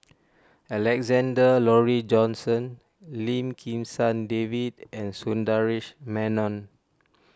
Alexander Laurie Johnston Lim Kim San David and Sundaresh Menon